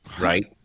Right